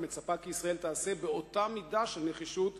אך מצפה כי ישראל תעשה באותה מידה של נחישות